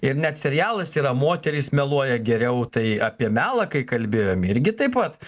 ir net serialas yra moterys meluoja geriau tai apie melą kai kalbėjom irgi taip pat